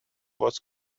was